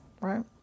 Right